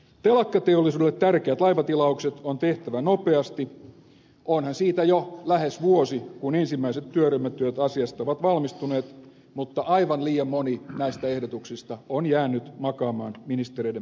telakkateollisuudelle tärkeät laivatilaukset on tehtävä nopeasti onhan siitä jo lähes vuosi kun ensimmäiset työryhmätyöt asiasta ovat valmistuneet mutta aivan liian moni näistä ehdotuksista on jäänyt makaamaan ministereiden pöytälaatikkoon